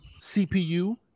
CPU